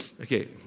okay